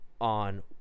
on